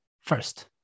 first